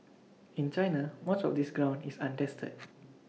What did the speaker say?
in China much of this ground is untested